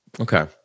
Okay